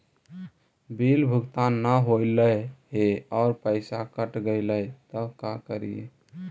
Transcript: Bill भुगतान न हौले हे और पैसा कट गेलै त का करि?